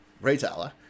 retailer